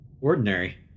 ordinary